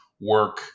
work